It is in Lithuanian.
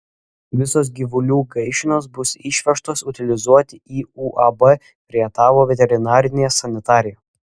visos gyvulių gaišenos bus išvežtos utilizuoti į uab rietavo veterinarinė sanitarija